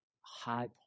high